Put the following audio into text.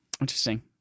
Interesting